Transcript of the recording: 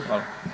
Hvala.